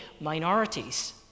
minorities